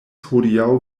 hodiaŭ